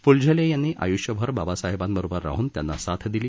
फ्लझेले यांनी आय्ष्यभर बाबासाहेबांबरोबर राहून त्यांना साथ दिली